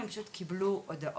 הם פשוט קיבלו הודעות,